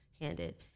handed